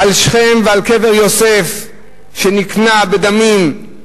על שכם ועל קבר יוסף שנקנה בדמים,